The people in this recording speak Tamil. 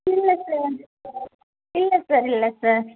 இல்லை சார் இல்லை சார் இல்லை சார்